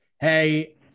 Hey